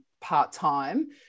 part-time